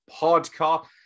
Podcast